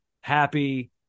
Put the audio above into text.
happy